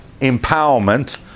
empowerment